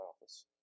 office